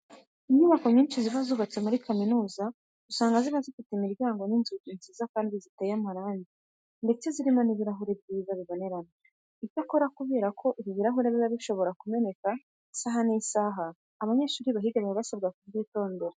Inyubako nyinshi ziba zubatse muri kaminuza usanga ziba zifite imiryango ifite inzugi nziza kandi ziteye amarangi ndetse zirimo n'ibirahure byiza bibonerana. Icyakora kubera ko ibi birahure biba bishobora kumeneka isaha n'isaha, abanyeshuri bahiga baba basabwa kubyitondera.